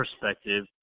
perspective